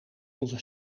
onze